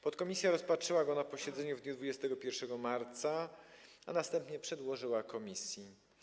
Podkomisja rozpatrzyła go na posiedzeniu w dniu 21 marca, a następnie przedłożyła komisji.